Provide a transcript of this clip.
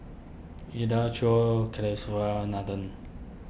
Udai Choor Kasiviswanathan